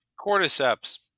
cordyceps